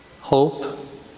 hope